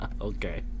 Okay